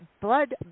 blood